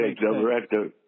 director